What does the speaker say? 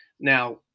Now